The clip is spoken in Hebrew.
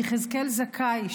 ויחזקאל זכאי,